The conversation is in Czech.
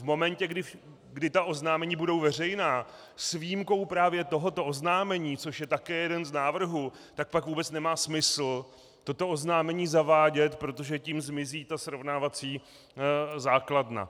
V momentě, kdy ta oznámení budou veřejná, s výjimkou právě tohoto oznámení, což je také jeden z návrhů, tak pak vůbec nemá smysl toto oznámení zavádět, protože tím zmizí ta srovnávací základna.